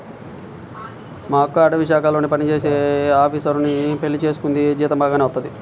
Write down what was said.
మా అక్క ఒక అటవీశాఖలో పనిజేసే ఆపీసరుని పెళ్లి చేసుకుంది, జీతం బాగానే వత్తది